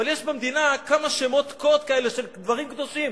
אבל יש במדינה כמה שמות קוד כאלה של דברים קדושים,